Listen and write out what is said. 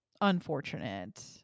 unfortunate